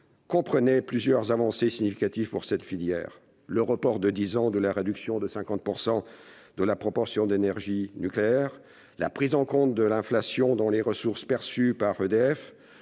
comprenait plusieurs avancées significatives pour cette filière : le report de dix ans de la réduction à 50 % de la proportion d'énergie nucléaire ; la prise en compte de l'inflation dans les ressources perçues par EDF